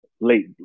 late